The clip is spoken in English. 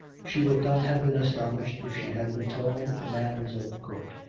she would not have been astonished if she had been told that the man was of the court,